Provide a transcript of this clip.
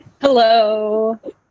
Hello